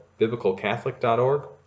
BiblicalCatholic.org